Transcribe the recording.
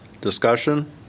Discussion